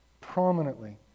prominently